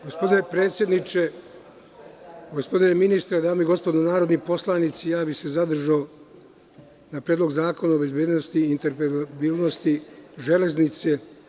Gospodine predsedniče, gospodine ministre, dame i gospodo narodni poslanici, zadržao bih se na Predlogu zakona o bezbednosti i interoperabilnosti železnice.